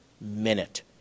minute